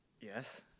Yes